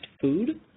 food